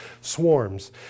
swarms